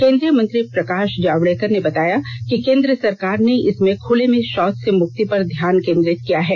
केंद्रीय मंत्री प्रकाष जावडेकर ने बताया केंद्र सरकार ने इसमें खुले में शौच से मुक्ति पर ध्यान केंद्रित किया है